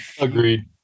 Agreed